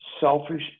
selfish